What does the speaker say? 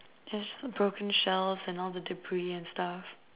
just broken shells and all the debris and stuff